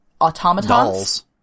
automatons